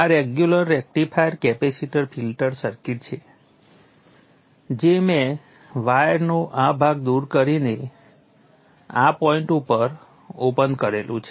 આ regular rectifier capacitor filter circuit છે જે મેં વાયરનો આ ભાગ દૂર કરીને આ પોઈન્ટ ઉપર ઓપન કરેલું છે